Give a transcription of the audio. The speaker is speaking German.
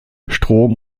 strom